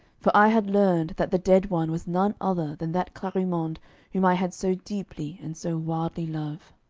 for i had learned that the dead one was none other than that clarimonde whom i had so deeply and so wildly loved.